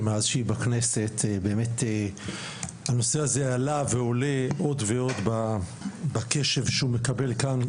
שמאז שהיא בכנסת באמת הנושא הזה עלה ועולה עוד ועוד בקשב שהוא מקבל כאן,